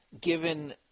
given